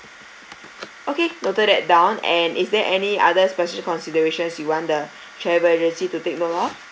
okay noted that down and is there any other special considerations you want the travel agency to take note of